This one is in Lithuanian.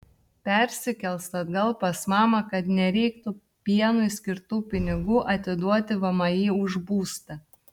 persikels atgal pas mamą kad nereiktų pienui skirtų pinigų atiduoti vmi už būstą